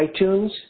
iTunes